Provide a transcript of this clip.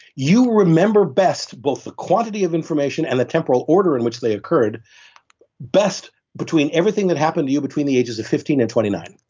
remember best both the quantity of information and the temporal order in which they occurred best between everything that happened to you between the ages of fifteen and twenty nine.